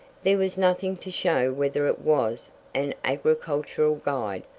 there was nothing to show whether it was an agricultural guide,